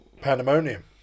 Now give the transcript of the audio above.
Pandemonium